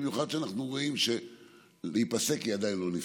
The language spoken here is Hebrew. במיוחד כשאנחנו רואים שלהיפסק היא עדיין לא נפסקת.